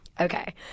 Okay